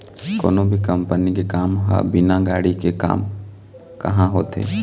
कोनो भी कंपनी के काम ह बिना गाड़ी के काम काँहा होथे